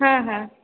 हँ हऽ